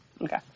Okay